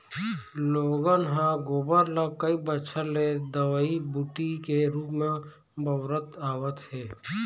लोगन ह गोबर ल कई बच्छर ले दवई बूटी के रुप म बउरत आवत हे